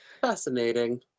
Fascinating